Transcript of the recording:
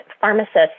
pharmacist